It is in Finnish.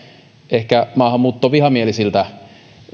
ehkä maahanmuuttovihamielisiltä